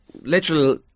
literal